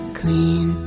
clean